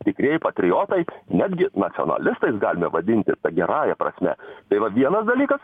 tikrieji patriotai netgi nacionalistais galime vadinti gerąja prasme tai va vienas dalykas